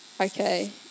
okay